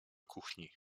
kuchni